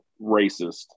racist